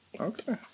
Okay